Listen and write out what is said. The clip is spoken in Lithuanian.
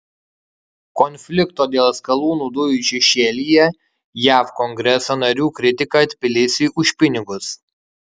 konflikto dėl skalūnų dujų šešėlyje jav kongreso narių kritika tbilisiui už pinigus